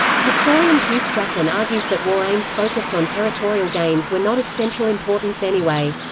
historian hew strachan argues that war aims focused on territorial gains were not of central importance anyway.